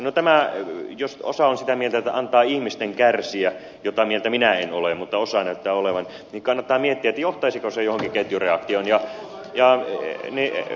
no jos osa on sitä mieltä että antaa ihmisten kärsiä jota mieltä minä en ole mutta osa näyttää olevan niin kannattaa miettiä johtaisiko se johonkin ketjureaktioon